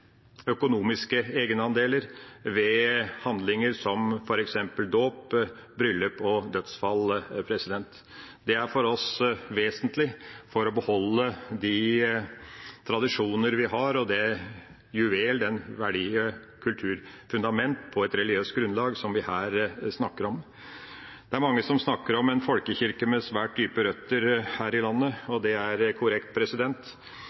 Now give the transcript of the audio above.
økonomiske egenandeler ved handlinger som f.eks. dåp, bryllup og dødsfall. Dette er for oss vesentlig for å beholde de tradisjoner vi har og det verdifulle kulturfundamentet, på et religiøst grunnlag, som vi her snakker om. Det er mange som snakker om en folkekirke med svært dype røtter her i landet, og det er korrekt.